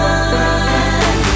one